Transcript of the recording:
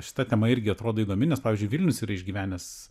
šita tema irgi atrodo įdomi nes pavyzdžiui vilnius yra išgyvenęs